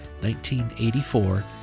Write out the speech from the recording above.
1984